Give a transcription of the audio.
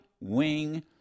wing